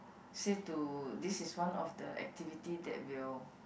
said to this is one of the activity that will